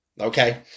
okay